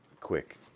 quick